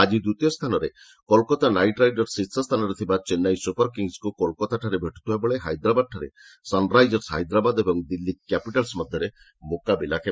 ଆଜି ଦ୍ୱିତୀୟ ସ୍ଥାନରେ କୋଲ୍କତା ନାଇଟ୍ ରାଇଡର୍ସ ଶୀର୍ଷ ସ୍ଥାନରେ ଥିବା ଚେନ୍ନାଇ ସ୍ୱପର୍ କିଙ୍ଗସ୍କ୍ର କୋଲକତାଠାରେ ଭେଟ୍ରଥିବାବେଳେ ହାଇଦ୍ରାବାଦଠାରେ ସନ୍ରାଇଜର୍ସ ହାଇଦ୍ରାବାଦ ଓ ଦିଲ୍ଲୀ କ୍ୟାପିଟାଲ୍ସ୍ ମଧ୍ୟରେ ମୁକାବିଲା ହେବ